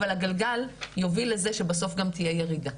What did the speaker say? אבל הגלגל יוביל לזה שבסוף גם תהיה ירידה.